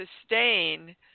sustain